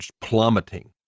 plummeting